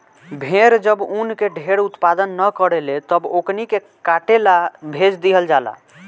भेड़ जब ऊन के ढेर उत्पादन न करेले तब ओकनी के काटे ला भेज दीहल जाला